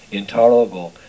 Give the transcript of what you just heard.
intolerable